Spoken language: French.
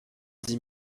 dix